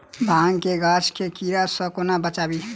भांग केँ गाछ केँ कीड़ा सऽ कोना बचाबी?